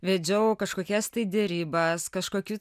vedžiau kažkokias derybas kažkokiu